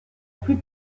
plus